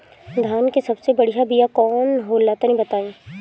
धान के सबसे बढ़िया बिया कौन हो ला तनि बाताई?